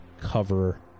cover